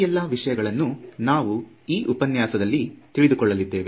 ಈ ಎಲ್ಲ ವಿಷಯಗಳನ್ನು ನಾವು ಈ ಉಪನ್ಯಾಸದಲ್ಲಿ ತಿಳಿದುಕೊಳ್ಳಲಿದ್ದೇವೆ